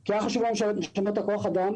כי היה חשוב לנו לשמר את כוח האדם,